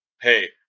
hey